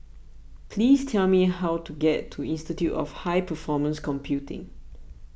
please tell me how to get to Institute of High Performance Computing